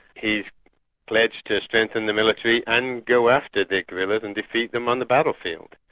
he pledged to strengthen the military and go after the guerrillas and defeat them on the battlefield.